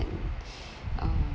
um